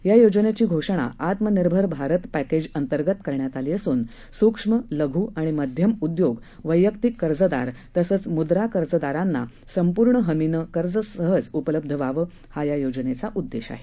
या योजनेची घोषणा आत्मनिर्भर भारत पॅकेज अंतर्गत करण्यात आली असून सूक्ष्म लघू आणि मध्यम उद्योग वग्रांक्रिक कर्जदार तसंच मुद्रा कर्जदारांना संपूर्ण हमीनं कर्ज सहज उपलब्ध व्हावं हा या योजनेचा उद्देश आहे